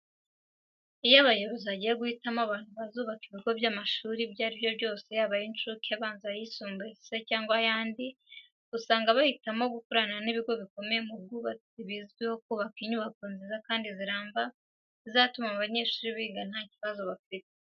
Iyo abayobozi bagiye guhitamo abantu bazubaka ibigo by'amashuri ibyo ari byo byose yaba ay'incuke, abanza, ayisumbuye cyangwa se n'andi, usanga bahitamo gukorana n'ibigo bikomeye mu bwubatsi bizwiho kubaka inyubako nziza kandi ziramba zizatuma abayeshuri biga nta kibazo bafite.